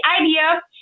idea